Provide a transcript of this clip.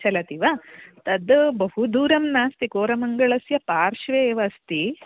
चलति वा तद् बहु दूरं नास्ति कोरमङ्गलस्य पार्श्वे एव अस्ति